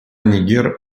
нигер